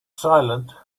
silent